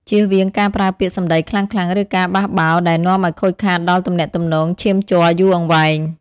ជៀសវាងការប្រើពាក្យសម្តីខ្លាំងៗ ឬការបះបោរដែលនាំឱ្យខូចខាតដល់ទំនាក់ទំនងឈាមជ័រយូរអង្វែង។